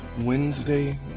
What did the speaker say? Wednesday